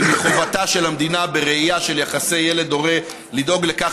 ומחובתה של המדינה בראייה של יחסי ילד הורה לדאוג לכך